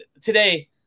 today